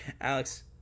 Alex